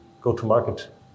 go-to-market